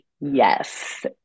Yes